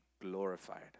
glorified